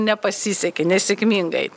nepasisekė nesėkmingai